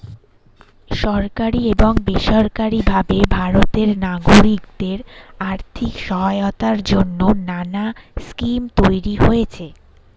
সরকারি এবং বেসরকারি ভাবে ভারতের নাগরিকদের আর্থিক সহায়তার জন্যে নানা স্কিম তৈরি হয়েছে